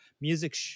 music